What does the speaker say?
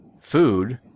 food